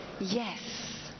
Yes